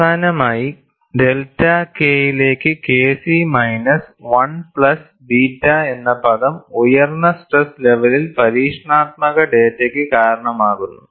അവസാനമായി delta K യിലേക്ക് K c minus 1 plus beta എന്ന പദം ഉയർന്ന സ്ട്രെസ് ലെവലിൽ പരീക്ഷണാത്മക ഡാറ്റയ്ക്ക് കാരണമാകുന്നു